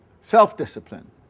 self-discipline